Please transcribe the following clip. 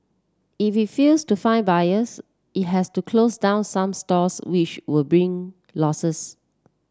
if it fails to find buyers it has to close down some stores which will bring losses